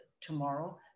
tomorrow